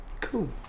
Cool